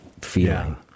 Feeling